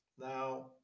Now